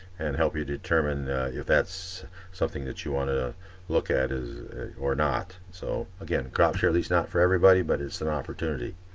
and help you determine if that's something that you want to look at is or not. so again, crops share lease is not for everybody but it's an opportunity.